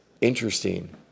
interesting